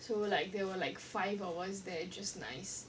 so like there were like five of us there just nice